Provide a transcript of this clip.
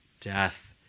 death